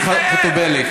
ציפי חוטובלי,